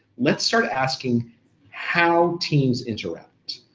let's start asking how teams interact.